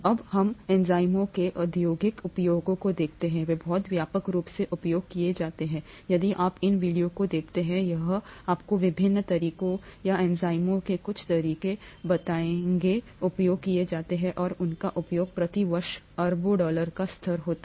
अब हम एंजाइमों के औद्योगिक उपयोगों को देखते हैं वे बहुत व्यापक रूप से उपयोग किए जाते हैं यदि आप इस वीडियो को देखते हैं यह आपको विभिन्न तरीकों या एंजाइमों के कुछ तरीके बताएगा उपयोग किया जाता है और उनका उपयोग प्रति वर्ष अरबों डॉलर का स्तर होता है